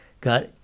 got